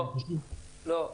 לא.